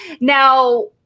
Now